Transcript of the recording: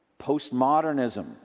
Postmodernism